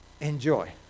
enjoy